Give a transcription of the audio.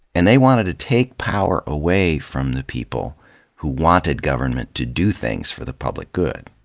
and they wanted to take power away from the people who wanted government to do things for the public good.